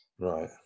Right